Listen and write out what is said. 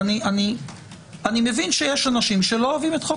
ואני מבין שיש אנשים שלא אוהבים את חוק